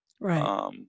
right